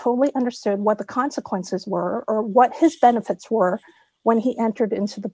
totally understand what the consequences were or what his benefits were when he entered into the